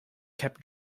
kept